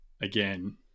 again